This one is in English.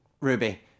Ruby